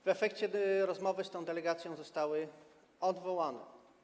W efekcie rozmowy z tą delegacją zostały odwołane.